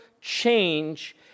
change